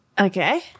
okay